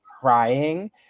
crying